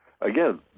Again